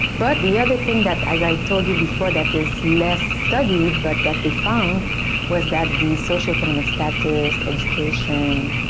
but the other thing that, as i told you before, that is less studied but that we found was that the socioeconomic status, education,